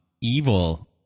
evil